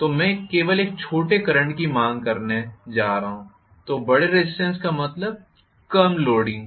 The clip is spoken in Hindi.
तो मैं केवल एक छोटे करंट की मांग करने जा रहा हूं तो बड़े रेज़िस्टेन्स का मतलब कम लोडिंग हो